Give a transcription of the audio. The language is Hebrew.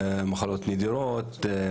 מחלות נדירות,